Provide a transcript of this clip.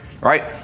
right